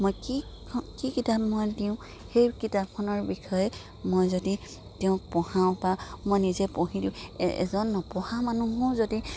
মই কিখন কি কিতাপ মই দিওঁ সেই কিতাপখনৰ বিষয়ে মই যদি তেওঁক পঢ়াওঁ বা মই নিজে পঢ়ি দিওঁ এজন নপঢ়া মানুহো যদি